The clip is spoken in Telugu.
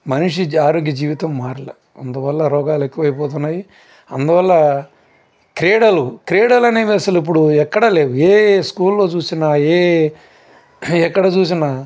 మనిషి ఆరోగ్య జీవితం మారలేదు అందువల్ల రోగాలు ఎక్కువైపోతున్నాయి అందువల్ల క్రీడలు క్రీడలు అనేవి అసలు ఇప్పుడు ఎక్కడ లేవు ఏ స్కూల్లో చూసినా ఏ ఎక్కడ చూసినా